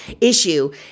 issue